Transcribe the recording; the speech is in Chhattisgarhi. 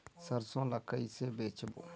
सरसो ला कइसे बेचबो?